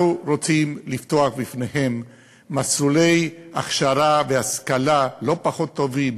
אנחנו רוצים לפתוח בפניהם מסלולי הכשרה והשכלה לא פחות טובים,